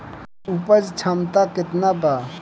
उपज क्षमता केतना वा?